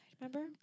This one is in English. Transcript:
Remember